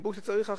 דיברו שצריך אכיפה.